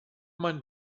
man